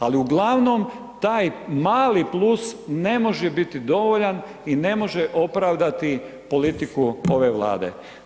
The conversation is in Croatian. Ali, uglavnom, taj mali plus ne može biti dovoljan i ne može opravdati politiku ove Vlade.